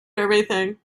everything